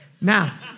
Now